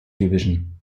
division